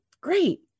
Great